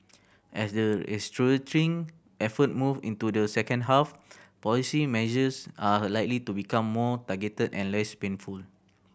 as the restructuring effort move into the second half policy measures are likely to become more targeted and less painful